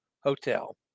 Hotel